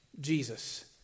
Jesus